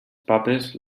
papes